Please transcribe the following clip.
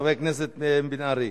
חבר הכנסת מיכאל בן-ארי.